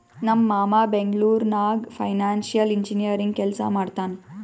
ನಮ್ ಮಾಮಾ ಬೆಂಗ್ಳೂರ್ ನಾಗ್ ಫೈನಾನ್ಸಿಯಲ್ ಇಂಜಿನಿಯರಿಂಗ್ ಕೆಲ್ಸಾ ಮಾಡ್ತಾನ್